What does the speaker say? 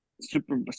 Super